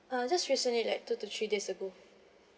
uh just recently like two to three days ago